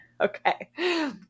okay